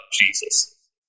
Jesus